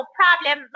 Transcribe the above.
problem